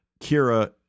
Kira